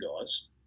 guys